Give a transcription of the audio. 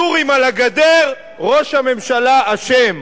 הסורים על הגדר, ראש הממשלה אשם.